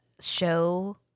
show